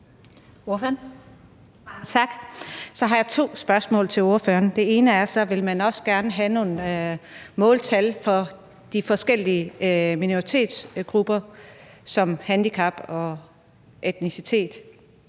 Så har jeg to spørgsmål til ordføreren. Det ene er: Vil man så også gerne have nogle måltal for de forskellige minoritetsgrupper defineret ved handicap eller etnicitet?